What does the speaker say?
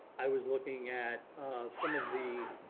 i was looking at some of the